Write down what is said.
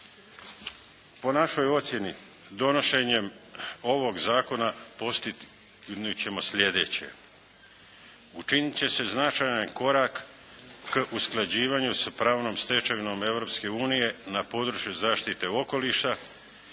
Po našoj ocjeni donošenjem ovog zakona postignut ćemo sljedeće. Učiniti će se značajan korak k usklađivanju sa pravnom stečevinom Europske unije na području zaštite okoliša,